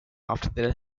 after